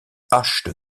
haches